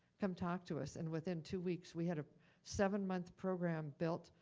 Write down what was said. come talk to us. and within two weeks, we had a seven-month program built,